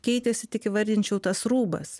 keitėsi tik įvardinčiau tas rūbas